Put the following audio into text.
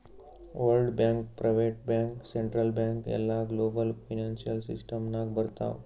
world bank, private bank, central bank ಎಲ್ಲಾ global financial system ನಾಗ್ ಬರ್ತಾವ್